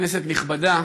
כנסת נכבדה,